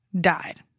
died